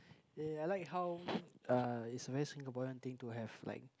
eh I like how uh is a very Singaporean thing to have like